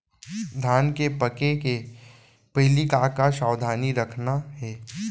धान के पके के पहिली का का सावधानी रखना हे?